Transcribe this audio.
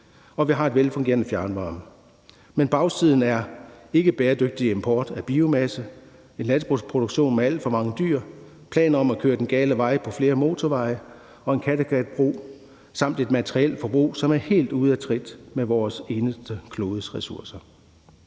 og vi har en velfungerende fjernvarme, men bagsiden er ikkebæredygtig import af biomasse, en landbrugsproduktion med alt for mange dyr, planer om at køre den gale vej med flere motorveje og en Kattegatbro samt et materielt forbrug, som er helt ude af trit med vores eneste klodes ressourcer.